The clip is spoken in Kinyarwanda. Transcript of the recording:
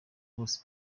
bose